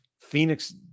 Phoenix